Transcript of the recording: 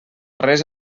res